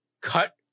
cut